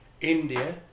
India